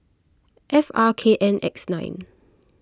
F R K N X nine